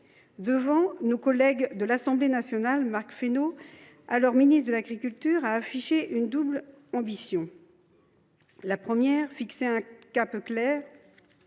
Devant nos collègues de l’Assemblée nationale, Marc Fesneau, alors ministre de l’agriculture, avait affiché une double ambition : premièrement, « fixer un cap clair